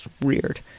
weird